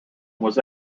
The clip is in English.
was